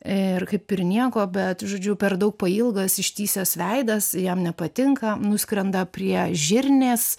ir kaip ir nieko bet žodžiu per daug pailgas ištįsęs veidas jam nepatinka nuskrenda prie žirnės